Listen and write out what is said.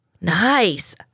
Nice